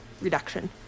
reduction